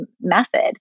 method